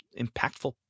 impactful